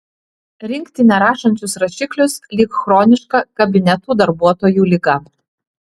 rinkti nerašančius rašiklius lyg chroniška kabinetų darbuotojų liga